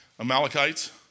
Amalekites